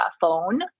phone